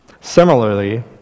Similarly